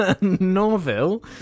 Norville